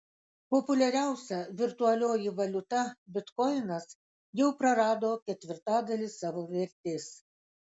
populiariausia virtualioji valiuta bitkoinas jau prarado ketvirtadalį savo vertės